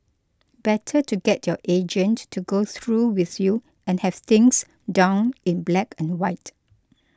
better to get your agent to go through with you and have things down in black and white